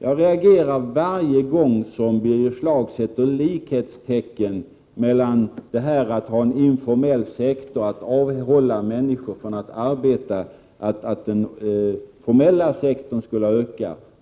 Jag reagerar varje gång Birger Schlaug sätter likhetstecken mellan den informella sektorn, som ju ökar om man avhåller människor från att arbeta,